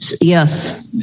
Yes